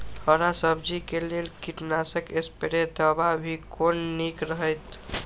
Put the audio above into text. हरा सब्जी के लेल कीट नाशक स्प्रै दवा भी कोन नीक रहैत?